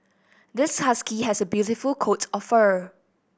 this husky has a beautiful coat of fur